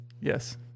Yes